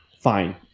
fine